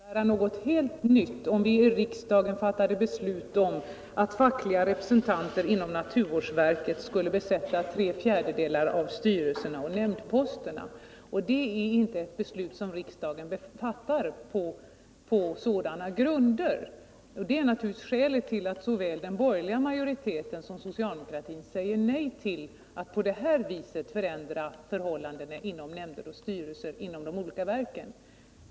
Herr talman! Får jag påminna om att jag i ett tidigare inlägg framhöll att det skulle innebära något helt nytt om vii riksdagen fattade beslut om att fackliga representanter inom naturvårdsverket skulle besätta tre fjärdedelar av styrelseoch nämndposterna. Det är inte ett beslut som riksdagen fattar på sådana grunder som det här är fråga om. Detta är naturligtvis skälet till att såväl den borgerliga majoriteten som socialdemokratin säger nej till att på det här viset förändra förhållandena inom nämnder och styrelser i de olika verken.